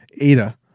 Ada